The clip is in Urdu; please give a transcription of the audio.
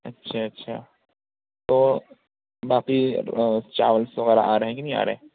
اچھا اچھا تو باقی چاول وغیرہ آ رہے ہیں کہ نہیں آ رہے